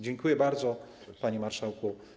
Dziękuję bardzo, panie marszałku.